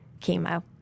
chemo